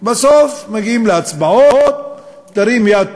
ובסוף מגיעים להצבעות: תרים יד,